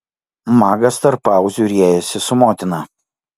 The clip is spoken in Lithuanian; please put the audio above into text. magas tarp pauzių riejasi su motina